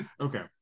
okay